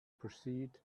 proceed